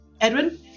edwin